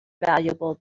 valuable